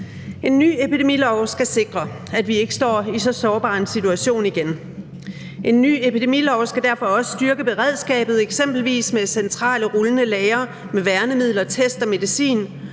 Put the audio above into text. En ny epidemilov skal sikre, at vi ikke står i så sårbar en situation igen. En ny epidemilov skal derfor også styrke beredskabet, eksempelvis med centrale rullende lagre med værnemidler, test og medicin,